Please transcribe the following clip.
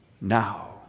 now